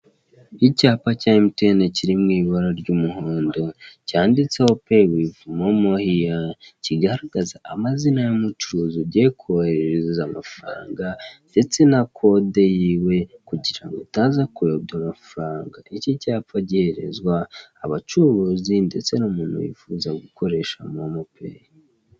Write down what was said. Icyapa cya MTN kiri mu ibara ry'umuhondo, cyanditseho "pay with MoMo here", kigaragaza amazina y'umucuruzi ugiye koherereza amafaranga ndetse na kode yiwe kugira ngo utaza kuyobya amafaranga, iki cyapa giherezwa abacuruzi ndetse n'umuntu wifuza gukoresha MoMo Pay.